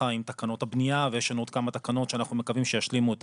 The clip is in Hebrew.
עם תקנות הבנייה ועוד כמה תקנות שישלימו את